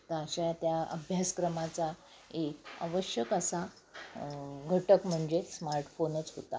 तर अशा त्या अभ्यासक्रमाचा एक आवश्यक असा घटक म्हणजे स्मार्टफोनच होता